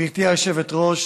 גברתי היושבת-ראש,